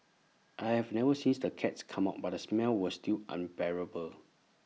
I have never sees the cats come out but the smell was still unbearable